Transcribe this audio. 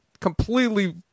completely